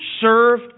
serve